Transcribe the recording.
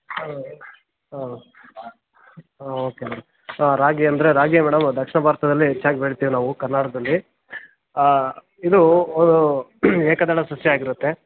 ಹಾಂ ಹಾಂ ಹಾಂ ಓಕೆ ಮೇಡಮ್ ಹಾಂ ರಾಗಿ ಅಂದರೆ ರಾಗಿಯೇ ಮೇಡಮ್ ದಕ್ಷಿಣ ಭಾರತದಲ್ಲಿ ಹೆಚ್ಚಾಗಿ ಬೆಳಿತೀವಿ ನಾವು ಕರ್ನಾಟಕದಲ್ಲಿ ಇದು ಏಕದಳ ಸಸ್ಯ ಆಗಿರುತ್ತೆ